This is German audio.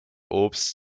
obst